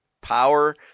power